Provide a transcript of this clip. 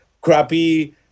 crappy